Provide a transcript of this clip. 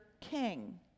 king